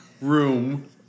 room